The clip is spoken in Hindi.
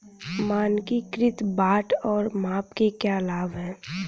मानकीकृत बाट और माप के क्या लाभ हैं?